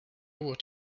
would